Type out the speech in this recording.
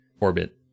orbit